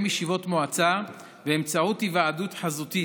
ישיבות מועצה באמצעות היוועדות חזותית,